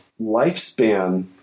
lifespan